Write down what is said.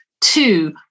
two